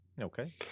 Okay